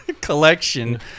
collection